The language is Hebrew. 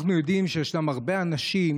אנחנו יודעים שיש הרבה אנשים